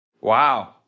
Wow